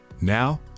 Now